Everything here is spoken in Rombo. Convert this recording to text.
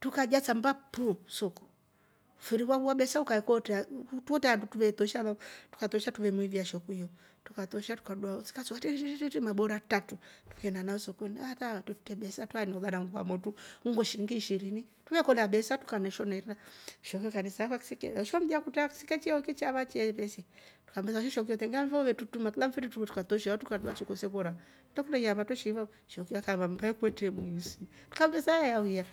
trukajasa mmba puu! Soko, mfiri wauwa besa ukakootra kuvetre handu truve troshaa lau trukatrosha tuve muivia shekuyo, trukatosha dua ho tri! Tri! Maboora atratu trukeenda naho sokoni, hatrro ture besa twreola nguo sa motru nguo shilingi ishiri truve kolya besa trukaneshoona irinda shekuyo kanesaakuliya ksike. osho mlya kutra kisike chochi chava cheepesi nga mmbesa shekuyo tengaa ife uletrutuma kila mfiri truve trukadua soko se kora twre kulya iamba twre shiivau, shekuyo akaamba mmba i kwetre viisi trukammbesa he wauya